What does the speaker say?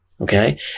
okay